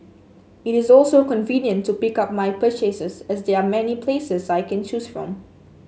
it is also convenient to pick up my purchases as there are many places I can choose from